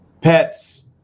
Pets